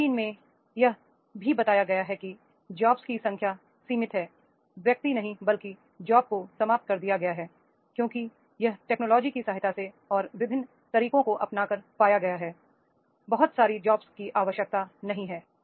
GE में यह भी बताया गया है कि जॉब्स की संख्या सीमित है व्यक्ति नहीं बल्कि जॉब्स को समाप्त कर दिया गया है क्योंकि यह टेक्नोलॉजी की सहायता से और विभिन्न तरीकों को अपनाकर पाया गया है बहुत सारी जॉब्स की आवश्यकता नहीं है